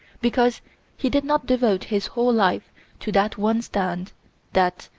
because he did not devote his whole life to that one stand that,